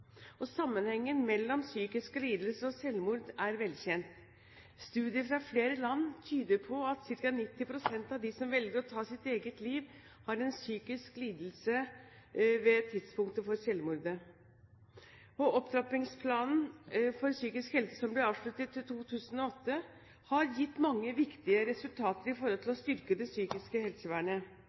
Sammenhengen mellom psykiske lidelser og selvmord er velkjent. Studier fra flere land tyder på at ca. 90 pst. av dem som velger å ta sitt eget liv, har en psykisk lidelse ved tidspunktet for selvmordet. Opptrappingsplanen for psykisk helse, som de avsluttet i 2008, har gitt mange viktige resultater når det gjelder å styrke det psykiske helsevernet.